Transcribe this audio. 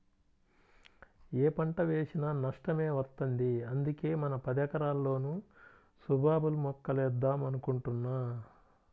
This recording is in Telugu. యే పంట వేసినా నష్టమే వత్తంది, అందుకే మన పదెకరాల్లోనూ సుబాబుల్ మొక్కలేద్దాం అనుకుంటున్నా